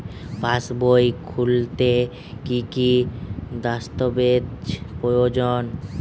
পাসবই খুলতে কি কি দস্তাবেজ প্রয়োজন?